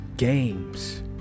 games